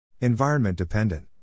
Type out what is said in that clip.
Environment-dependent